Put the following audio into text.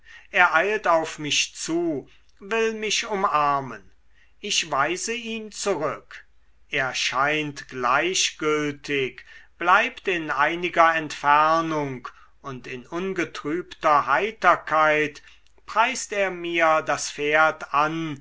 er eilt auf mich zu will mich umarmen ich weise ihn zurück er scheint gleichgültig bleibt in einiger entfernung und in ungetrübter heiterkeit preist er mir das pferd an